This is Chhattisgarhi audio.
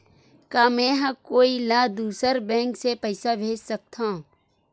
का मेंहा कोई ला दूसर बैंक से पैसा भेज सकथव?